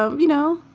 um you know,